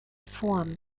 form